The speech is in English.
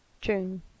june